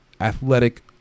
athletic